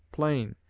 plain,